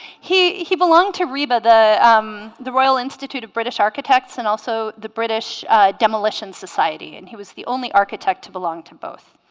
he he belonged to riba the um the royal institute of british architects and also the british demolition society and he was the only architect to belong to both